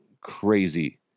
crazy